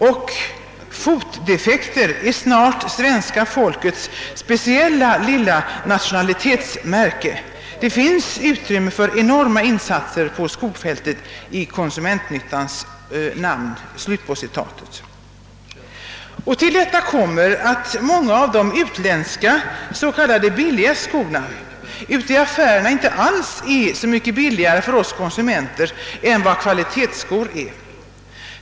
Och fotdefekter är snart svenska folkets speciella lilla nationalitetsmärke. Det finns utrymme för enorma insatser på skofältet i konsumentnyttans namn.» Till detta kommer att många av de utländska s.k. billiga skorna i affärerna inte alls är så mycket billigare än kvalitetsskorna för oss konsumenter.